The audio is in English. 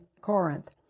Corinth